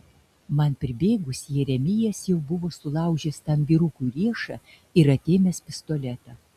man pribėgus jeremijas jau buvo sulaužęs tam vyrukui riešą ir atėmęs pistoletą